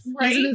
Right